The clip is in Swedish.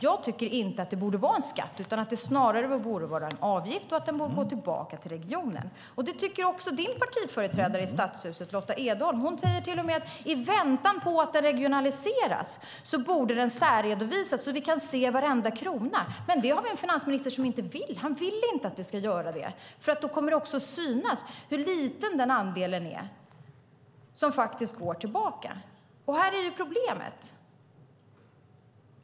Jag tycker inte att det borde vara en skatt, utan snarare borde det vara en avgift och gå tillbaka till regionen. Detsamma tycker Gunnar Andréns partiföreträdare i Stadshuset, Lotta Edholm. Hon säger till och med att i väntan på att den regionaliseras borde den särredovisas så att vi kan se varenda krona. Men vi har en finansminister som inte vill det. Han vill inte att det ska göras för då kommer det att synas hur liten den andel som faktiskt går tillbaka är. Det är problemet.